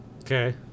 Okay